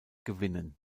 gewinnen